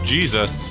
Jesus